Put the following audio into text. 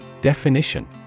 Definition